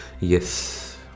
Yes